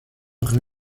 rue